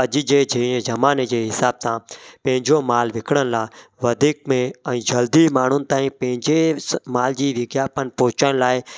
अॼु जे जीअं ज़माने जे हिसाब सां पंहिंजो मालु विकिणण लाइ वधीक में ऐं जल्दी माण्हुनि ताईं पंहिंजे स माल जी विज्ञापन पहुचाइण लाइ